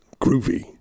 groovy